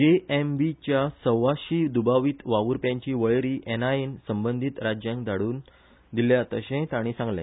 जेएमबीच्या सव्वाशी दुबावीत वावुरप्यांची वळेरी एनआयएन संबंधीत राज्यांक धाडून दिल्या अशेय ताणी सांगले